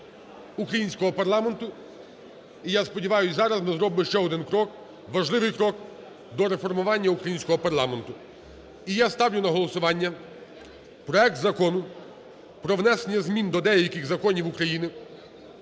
українського парламенту. І, я сподіваюсь, зараз ми зробимо ще один крок, важливий крок до реформування українського парламенту. І я ставлю на голосування проект Закону про внесення змін до деяких законів України